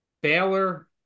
Baylor